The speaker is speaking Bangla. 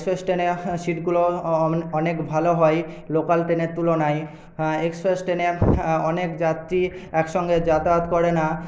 এক্সপ্রেস ট্রেনে শিটগুলো অনেক ভালো হয় লোকাল ট্ট্রেনের তুলনায় এক্সপ্রেস ট্রেনে অনেক যাত্রী একসঙ্গে যাতায়াত করে না